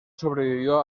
sobrevivió